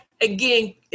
again